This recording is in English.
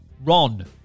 Ron